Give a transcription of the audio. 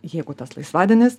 jeigu tas laisvadienis